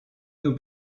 nos